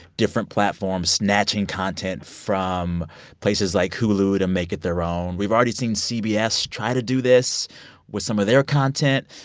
different platforms snatching content from places like hulu to make it their own. we've already seen cbs try to do this with some of their content.